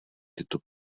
tyto